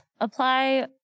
apply